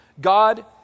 God